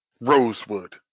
Rosewood